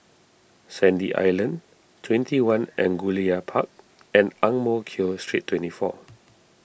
Sandy Island twenty one Angullia Park and Ang Mo Kio Street twenty four